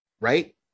Right